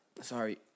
Sorry